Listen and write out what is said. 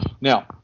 Now